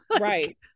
right